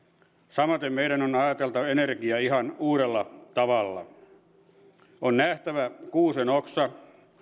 samaten meidän on ajateltava energia ihan uudella tavalla on nähtävä kuusenoksa